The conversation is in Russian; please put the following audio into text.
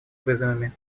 вызовами